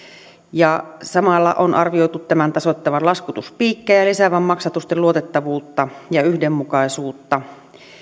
samalla on arvioitu tämän tasoittavan laskutuspiikkejä ja lisäävän maksatusten luotettavuutta ja yhdenmukaisuutta